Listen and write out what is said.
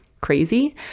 crazy